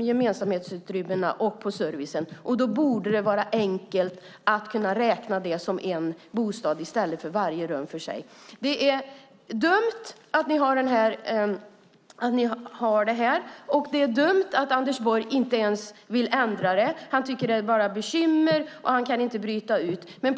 gemensamhetsutrymmena och servicen, och då borde det vara enkelt att kunna räkna det som en bostad i stället för att räkna varje rum för sig. Det är dumt att ha det så, och det är dumt att Anders Borg inte vill ändra på det. Han tycker att det bara är bekymmer och kan inte bryta ut den delen.